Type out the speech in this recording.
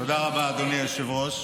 תודה רבה, אדוני היושב-ראש.